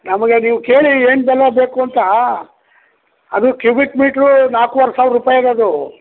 ನಮಗೆ ನೀವು ಕೇಳಿ ಏನ್ ಬೆಲೆ ಬೇಕು ಅಂತ ಅದು ಕ್ಯೂಬಿಕ್ ಮೀಟ್ರು ನಾಲ್ಕೂವರೆ ಸಾವಿರ ರೂಪಾಯಿ ಇರೋದು